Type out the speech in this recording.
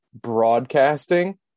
broadcasting